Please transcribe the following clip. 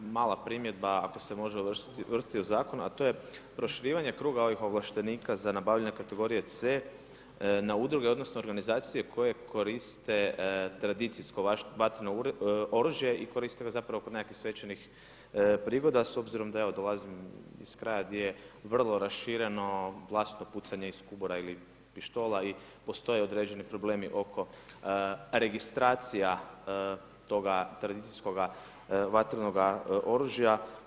mala primjedba ako se može uvrstiti u zakon, a to je proširivanje kruga ovih ovlaštenika za nabavljanje kategorije C, na udruge, odnosno organizacije koje koriste tradicijsko vatreno oružje i koriste ga zapravo kod nekih svečanih prigoda, s obzirom da evo dolazim iz kraja gdje je vrlo rašireno glasno pucanje iz kubura ili pištola i postoje određeni problemi oko registracija toga tradicijskoga vatrenoga oružja.